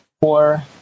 four